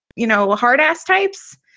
you know, a hardass types.